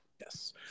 Yes